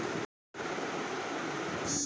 अमृतसर में लोहड़ी पर्व के मौके पर लोग पतंग उड़ाते है